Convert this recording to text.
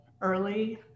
early